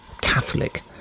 Catholic